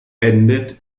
endet